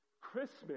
Christmas